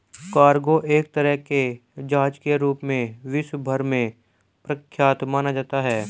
cargo एक तरह के जहाज के रूप में विश्व भर में प्रख्यात माना जाता है